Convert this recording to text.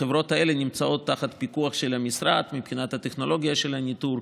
החברות האלה נמצאות תחת פיקוח של המשרד מבחינת הטכנולוגיה של הניטור,